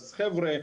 אז חבר'ה,